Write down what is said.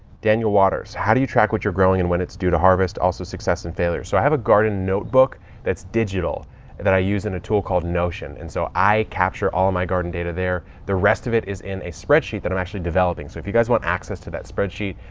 daniel waters how do you track what you're growing and when it's due to harvest? also success and failures. so i have a garden notebook that's digital that i use in a tool called notion. and so i capture all of my garden data there. the rest of it is in a spreadsheet that i'm actually developing. so if you guys want access to that spreadsheet,